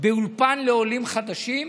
באולפן לעולים חדשים,